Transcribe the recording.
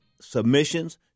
submissions